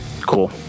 Cool